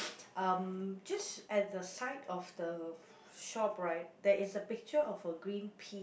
um just at the side of the shop right there is a picture of a green pea